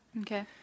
Okay